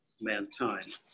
mankind